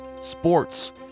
sports